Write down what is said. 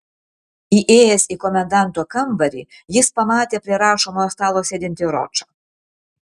įėjęs į komendanto kambarį jis pamatė prie rašomojo stalo sėdintį ročą